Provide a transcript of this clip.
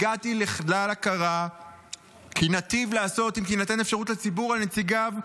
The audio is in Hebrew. הגעתי לכלל הכרה כי ניטיב לעשות אם תינתן אפשרות לציבור על נציגיו לשוב,